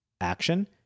action